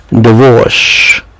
divorce